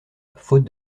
faute